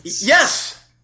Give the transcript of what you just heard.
yes